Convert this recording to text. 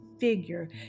figure